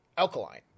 alkaline